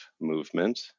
movement